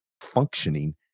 functioning